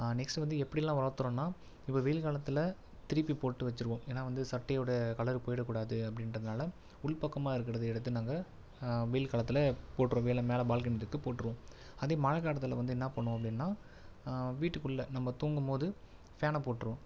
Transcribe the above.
next வந்து எப்படிலாம் உலர்த்துறோன்னா இப்போ வெயில் காலத்தில் திருப்பி போட்டு வச்சுருவோம் ஏன்னால் வந்து சட்டையோடய கலர் போயிடக் கூடாது அப்படின்றதுனால உள்பக்கமாக இருக்குறத எடுத்து நாங்கள் வெயில் காலத்தில் போட்டுருவோம் வெளில மேலே பால்கனி இருக்குது போட்டுருவோம் அதே மழை காலத்தில் வந்து என்ன பண்ணுவோம் அப்படின்னா வீட்டுக்குள்ள நம்ம தூங்கும் போது ஃபேனை போட்டுருவோம்